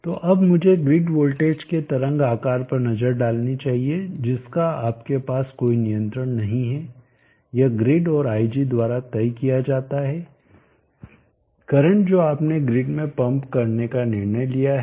तो अब मुझे ग्रिड वोल्टेज के तरंग आकार पर नजर डालनी चाहिए जिसका आपके पास कोई नियंत्रण नहीं है यह ग्रिड और ig द्वारा तय किया जाता है करंट जो आपने ग्रिड में पंप करने का निर्णय लिया है